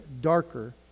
darker